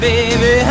Baby